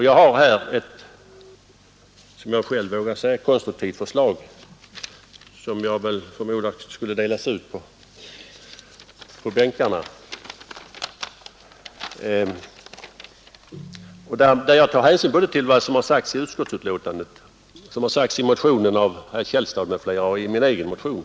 Jag har här ett, som jag själv vågar säga, konstruktivt förslag — det kommer att delas ut i bänkarna — där jag tar hänsyn till såväl vad som har 101 skrivits i utskottsbetänkandet och vad som har sagts i motionen av herr Källstad m.fl. som till vad jag har anfört i min egen motion.